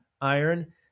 iron